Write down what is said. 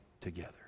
together